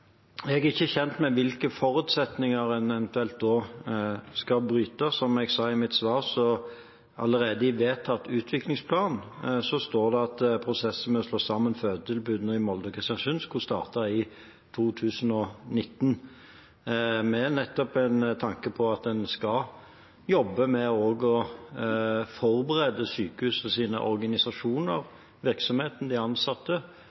Jeg er ikke kjent med hvilke forutsetninger en eventuelt da skulle bryte. Som jeg sa i mitt svar, står det allerede i vedtatt utviklingsplan at prosessen med å slå sammen fødetilbudene i Molde og Kristiansund skal starte i 2019, nettopp med tanke på at en skal jobbe med å forberede sykehusets organisasjoner, virksomheten og de ansatte